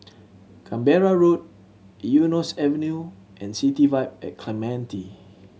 Canberra Road Eunos Avenue and City Vibe at Clementi